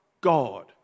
God